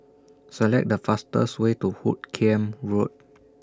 Select The fastest Way to Hoot Kiam Road